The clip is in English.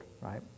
right